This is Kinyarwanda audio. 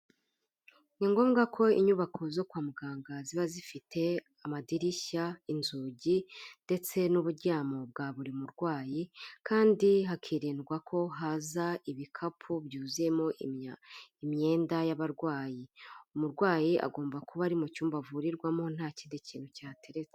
Ni ngombwa ko inyubako zo kwa muganga ziba zifite amadirishya, inzugi ndetse n'uburyamo bwa buri murwayi kandi hakiririndwa ko haza ibikapu byuzuyemo imyenda y'abarwayi, umurwayi agomba kuba ari mu cyumba avurirwamo nta kindi kintu cyahateretse.